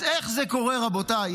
אז איך זה קורה, רבותיי?